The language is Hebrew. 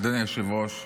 אדוני היושב-ראש,